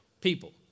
people